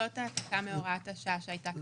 זאת העתקה מהוראת השעה שהיתה קיימת.